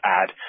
add –